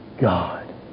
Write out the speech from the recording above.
God